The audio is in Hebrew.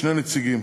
שני נציגים,